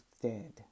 dead